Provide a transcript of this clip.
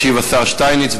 ישיב השר שטייניץ,